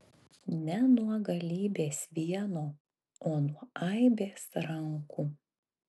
ne nuo galybės vieno o nuo aibės rankų